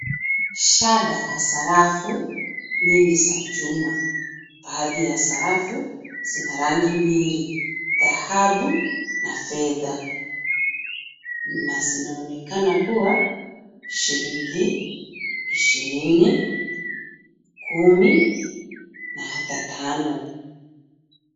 Shada ya sarafu nyingi za chuma baadhi ya sarafu zina rangi mbili, thahabu na fedhaa na zinaonekana kuwa shilingi ishirini, kumi na hata tano.